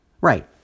Right